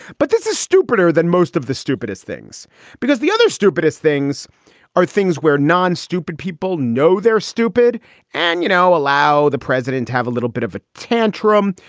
but this is stupider than most of the stupidest things because the other stupidest things things are things where non stupid people know they're stupid and, you know, allow the president to have a little bit of a tantrum,